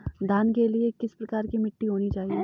धान के लिए किस प्रकार की मिट्टी होनी चाहिए?